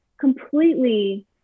completely